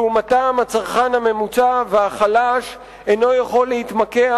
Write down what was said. לעומתם, הצרכן הממוצע והחלש אינו יכול להתמקח,